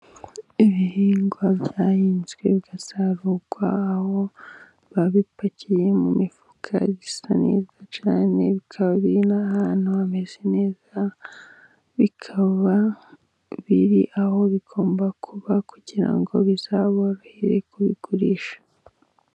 Ibihingwa byahinzwe bigasarurwa aho babipakiye mu mifuka isa neza cyane, bikaba n'ahantu hameze neza. Bikaba biri aho bigomba kuba kugira ngo bizaborohere kubigurisha.